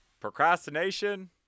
procrastination